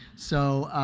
so